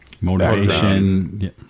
motivation